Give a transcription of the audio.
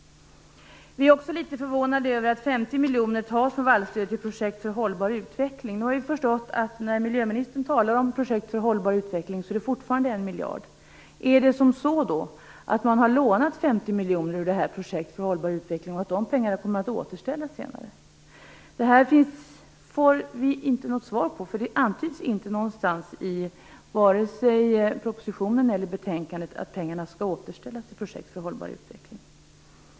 Vi är också litet förvånade över att 50 miljoner tas till vallstöd från projekt för hållbar utveckling. Nu har vi förstått att när miljöministern talar om projekt för hållbar utveckling är det fortfarande fråga om 1 miljard. Är det så att man har lånat 50 miljoner ur anslaget för projekt för hållbar utveckling och att de pengarna kommer att återställas senare? Det får vi inte något svar på. Det antyds inte någonstans i vare sig propositionen eller betänkandet att pengarna skall återställas till projekt för hållbar utveckling.